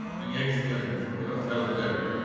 doing excellent. never felt better.